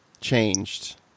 changed